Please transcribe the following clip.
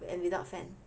and without fan